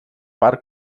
part